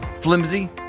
flimsy